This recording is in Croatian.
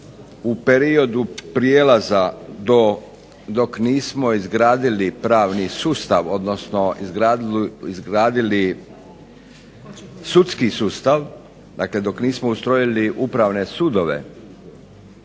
u periodu prijelaza dok nismo izgradili pravni sustav, odnosno izgradili sudski sustav, dok nismo ustrojili upravne sudove